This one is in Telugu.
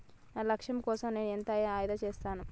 నా లక్ష్యాల కోసం నేను ఎంత ఆదా చేస్తాను?